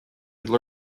could